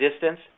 distance